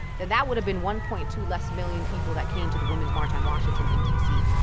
then that would have been one point two less million people that came to the women's march on washington in d c.